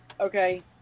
Okay